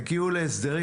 תגיעו להסדרים,